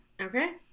Okay